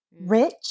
rich